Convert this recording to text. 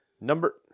Number